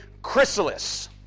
chrysalis